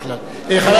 חבר הכנסת כהן,